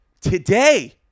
Today